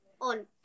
On